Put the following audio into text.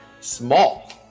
small